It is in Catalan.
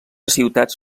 ciutats